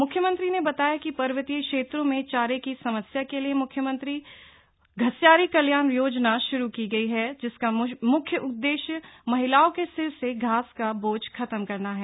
मुख्यमंत्री ने बताया कि पर्वतीय क्षेत्रों में चारे की समस्या के लिए मुख्यमंत्री घस्यारी कल्याण योजना श्रू की गई है जिसका म्ख्य उद्देश्य महिलाओं के सिर से घास का बोझ खत्म करना है